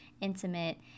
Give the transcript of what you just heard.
intimate